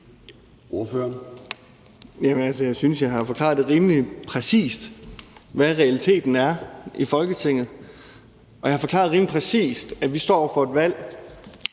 (V): Jamen altså, jeg synes, jeg har forklaret rimelig præcist, hvad realiteten er i Folketinget. Og jeg har forklaret rimelig præcist, at vi står over for et valg,